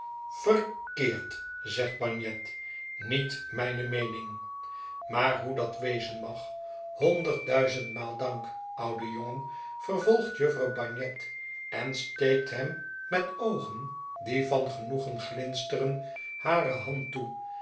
verkeerd zegt bagnet niet mijne meening maar hoe dat wezen mag honderdduizendmaal dank oude jongen vervolgt jufvrouw bagnet en steekt hem met oogen die van genoegen glinsterden hare hand toe